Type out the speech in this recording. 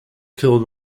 killed